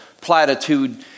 platitude